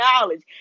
knowledge